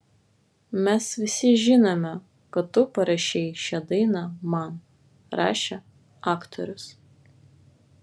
mes visi žinome kad tu parašei šią dainą man rašė aktorius